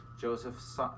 Joseph